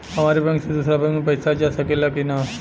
हमारे बैंक से दूसरा बैंक में पैसा जा सकेला की ना?